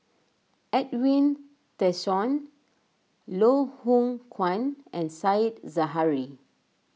Edwin Tessensohn Loh Hoong Kwan and Said Zahari